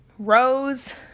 rose